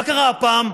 מה קרה הפעם?